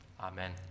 Amen